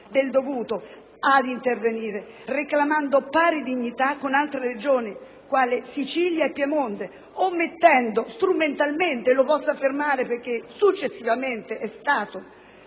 del dovuto, intervenire reclamando pari dignità con altre Regioni, quali Sicilia e Piemonte, omettendo strumentalmente - lo posso affermare, perché successivamente è stato